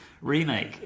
remake